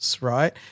right